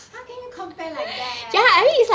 how can you compare like that